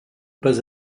pas